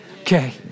Okay